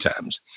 times